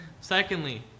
Secondly